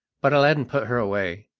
but aladdin put her away,